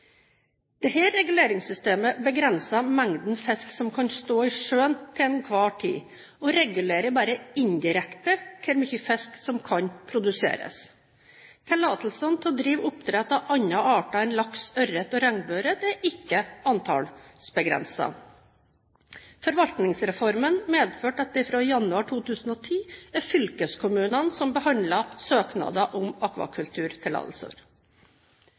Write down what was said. reguleringssystemet begrenser mengden fisk som kan stå i sjøen til enhver tid, og regulerer bare indirekte hvor mye fisk som kan produseres. Tillatelsene til å drive oppdrett av andre arter enn laks, ørret og regnbueørret er ikke antallsbegrenset. Forvaltningsreformen medførte at det fra januar 2010 er fylkeskommunene som behandler søknader om akvakulturtillatelser.